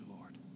Lord